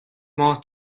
ماه